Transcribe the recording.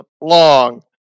long